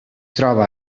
troba